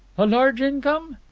a large income?